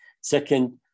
Second